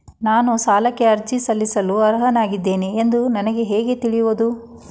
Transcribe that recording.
ನಾನು ಸಾಲಕ್ಕೆ ಅರ್ಜಿ ಸಲ್ಲಿಸಲು ಅರ್ಹನಾಗಿದ್ದೇನೆ ಎಂದು ನನಗೆ ಹೇಗೆ ತಿಳಿಯುವುದು?